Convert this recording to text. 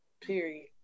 Period